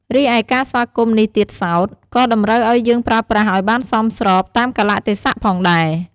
រីឯការស្វាគមន៍នេះទៀតសោត ក៏តម្រូវឲ្យយើងប្រើប្រាស់ឱ្យបានសមស្របតាមកាលៈទេសៈផងដែរ។